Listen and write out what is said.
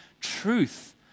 truth